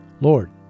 Lord